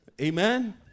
Amen